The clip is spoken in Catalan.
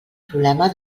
problema